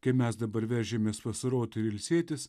kai mes dabar veržiamės vasaroti ir ilsėtis